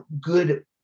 good